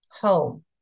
home